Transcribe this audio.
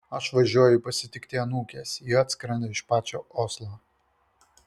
aš važiuoju pasitikti anūkės ji atskrenda iš pačio oslo